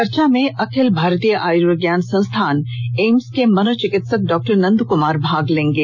चर्चा में अखिल भारतीय आयुर्विज्ञान संस्थान एम्स के मनोचिकित्सक डॉक्टर नंद कुमार भाग लेंगे